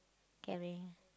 caring